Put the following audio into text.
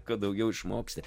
ko daugiau išmoksi